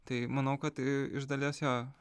tai manau kad iš dalies jo